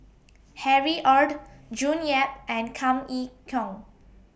Harry ORD June Yap and Kam Yee Kong